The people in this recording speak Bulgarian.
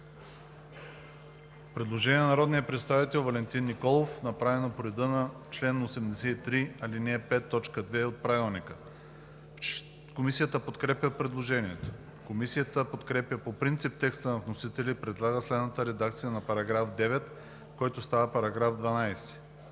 предложение на народния представител Валентин Николов, направено по реда на чл. 83, ал. 5, т. 2 от Правилника. Комисията подкрепя предложението. Комисията подкрепя по принцип текста на вносителя и предлага следната редакция на § 9, който става § 12: „§ 12.